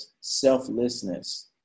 selflessness